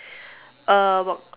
uh